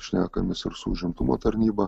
šnekamės ir su užimtumo tarnyba